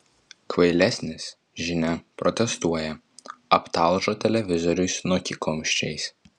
kvailesnis žinia protestuoja aptalžo televizoriui snukį kumščiais